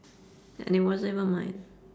and it wasn't even mine